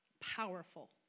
powerful